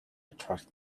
attract